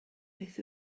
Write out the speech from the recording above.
beth